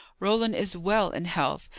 roland is well in health,